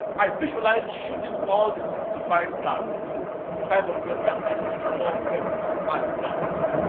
i visualized shooting all the sixty five thousand five hundred and thirty six small pebbles at once.